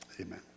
amen